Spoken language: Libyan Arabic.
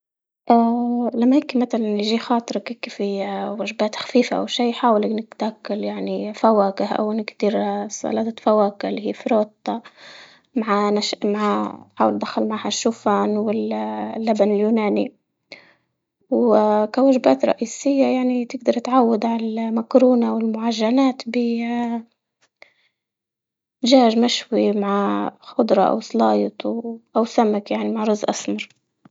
آآ وجبات خفيفة أو شيء حاول إنك تاكل يعني فواكه أو نكتر فلاطة فواكه، اللي هي مع مع حاول دخل معها الشوفان واللبن اليوناني، وآآ كوجبات رئيسية يعني تقدر تعود مكرونة والمعجنات دجاج مشوي مع خضرة أو سلايط أو سمك يعني مع رز أسمر.